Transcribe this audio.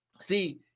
See